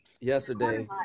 yesterday